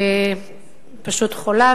היא פשוט חולה,